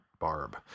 barb